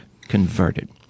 converted